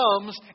comes